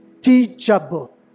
teachable